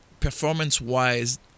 Performance-wise